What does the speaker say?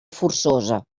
forçosa